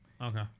Okay